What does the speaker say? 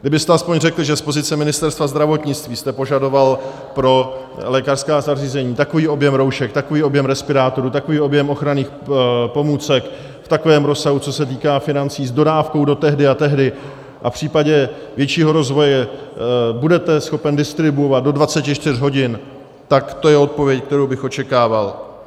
Kdybyste aspoň řekl, že z pozice Ministerstva zdravotnictví jste požadoval pro lékařská zařízení takový objem roušek, takový objem respirátorů, takový objem ochranných pomůcek v takovém rozsahu, co se týká financí, s dodávkou do tehdy a tehdy a v případě většího rozvoje budete schopen distribuovat do 24 hodin, tak to je odpověď, kterou bych očekával.